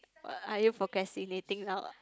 what are you procrastinating now